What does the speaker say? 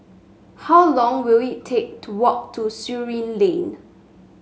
how long will it take to walk to Surin Lane